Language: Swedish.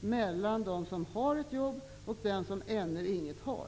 mellan dem som har ett jobb och dem som ännu inget har.